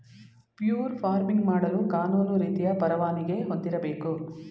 fur farming ಮಾಡಲು ಕಾನೂನು ರೀತಿಯ ಪರವಾನಿಗೆ ಹೊಂದಿರಬೇಕು